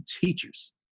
teachers